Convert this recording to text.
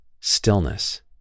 stillness